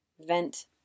Vent